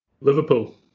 Liverpool